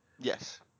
Yes